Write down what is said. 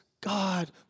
God